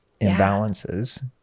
imbalances